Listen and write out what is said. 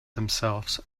themselves